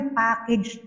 package